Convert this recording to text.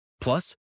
Plus